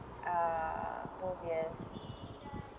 uh phobias